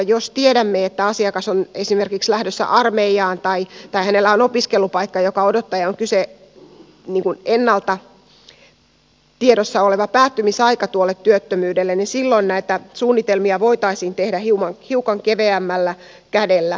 jos tiedämme että asiakas on esimerkiksi lähdössä armeijaan tai hänellä on opiskelupaikka joka odottaa ja tuolle työttömyydelle on ennalta tiedossa oleva päättymisaika niin silloin näitä suunnitelmia voitaisiin tehdä hiukan keveämmällä kädellä